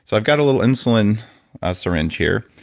so i've got a little insulin syringe here,